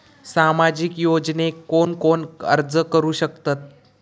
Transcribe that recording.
सामाजिक योजनेक कोण कोण अर्ज करू शकतत?